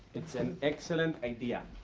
it's an excellent idea.